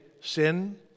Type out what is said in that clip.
sin